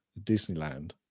Disneyland